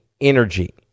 energy